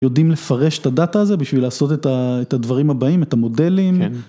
יודעים לפרש את הדאטה הזו בשביל לעשות את הדברים הבאים, את המודלים. כן